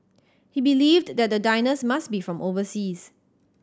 he believed that the diners must be from overseas